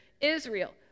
Israel